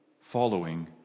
following